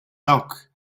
dawk